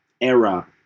era